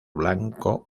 blanco